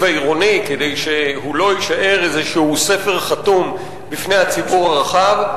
העירוני כדי שלא יישאר איזשהו ספר חתום בפני הציבור הרחב.